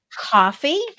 coffee